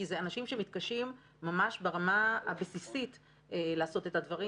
כי אלה אנשים שמתקשים ממש ברמה הבסיסית לעשות את הדברים.